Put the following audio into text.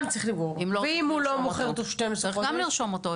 ואם הוא לא מוכר תוך 12 חודשים?